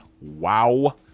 Wow